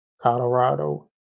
Colorado